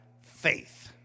faith